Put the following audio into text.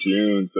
June